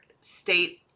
state